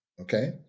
okay